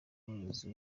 umuyobozi